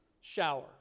shower